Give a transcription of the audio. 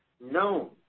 known